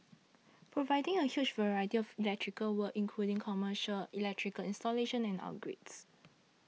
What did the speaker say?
providing a huge variety of electrical work including commercial electrical installation and upgrades